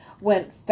went